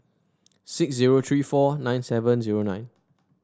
six zero three four nine seven zero nine